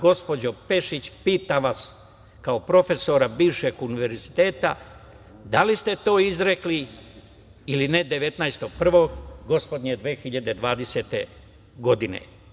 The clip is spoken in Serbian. Gospođo Pešić, pitam vas kao bivšeg profesora univerziteta, da li ste to izrekli ili ne 19.01. gospodnje 2020. godine?